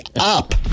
up